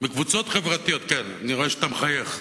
אני רואה שאתה מחייך,